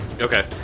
Okay